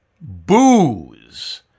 booze